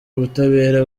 ubutabera